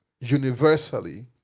universally